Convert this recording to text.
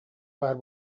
баар